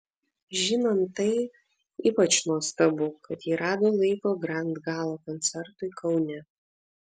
žinant tai ypač nuostabu kad ji rado laiko grand gala koncertui kaune